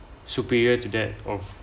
superior to that of